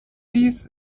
dies